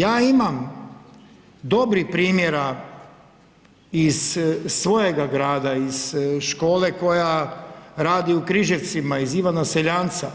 Ja imam dobrih primjera iz svojega grada iz škole koja radi u Križevcima, iz Ivana Seljanca,